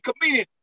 comedian